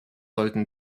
sollten